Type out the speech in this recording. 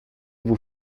vous